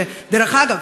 ודרך אגב,